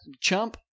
Chump